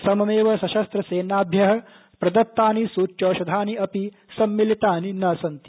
सममेव सशस्त्रसेनाभ्यः प्रदत्तानि सूच्यौषधानि अपि सम्मिलितानि न सन्ति